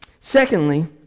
Secondly